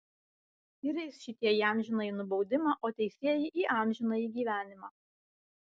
ir eis šitie į amžinąjį nubaudimą o teisieji į amžinąjį gyvenimą